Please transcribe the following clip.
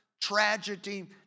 tragedy